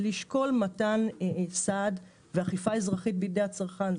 לשקול מתן סעד ואכיפה אזרחית בידי הצרכן.